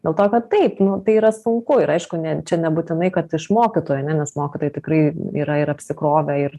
dėl to kad taip nu tai yra sunku ir aišku ne čia nebūtinai kad iš mokytojų ane nes mokytojai tikrai yra ir apsikrovę ir